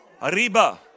Arriba